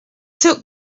took